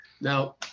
Now